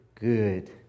good